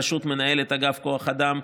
בראשות מנהלת אגף כוח אדם,